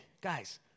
Guys